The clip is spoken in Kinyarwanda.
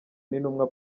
n’intumwa